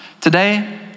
today